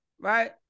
Right